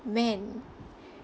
men